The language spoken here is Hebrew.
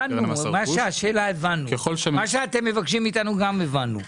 את השאלה הבנו, את מה שאתם מבקשים מאיתנו גם הבנו.